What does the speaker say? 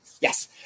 Yes